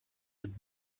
être